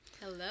Hello